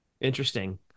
Interesting